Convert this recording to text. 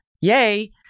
Yay